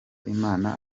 imana